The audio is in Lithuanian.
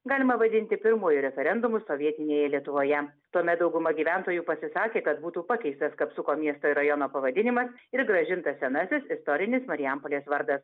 galima vadinti pirmuoju referendumu sovietinėje lietuvoje tuomet dauguma gyventojų pasisakė kad būtų pakeistas kapsuko miesto ir rajono pavadinimas ir grąžintas senasis istorinis marijampolės vardas